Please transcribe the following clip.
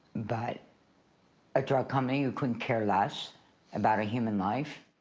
but a drug company who couldn't care less about a human life.